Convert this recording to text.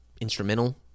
instrumental